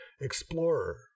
explorer